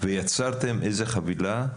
ויצרתם איזו חבילה,